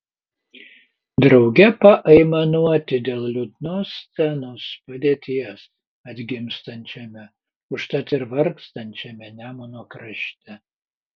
drauge paaimanuoti dėl liūdnos scenos padėties atgimstančiame užtat ir vargstančiame nemuno krašte